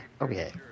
okay